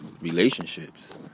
relationships